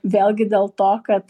vėlgi dėl to kad